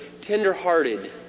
tender-hearted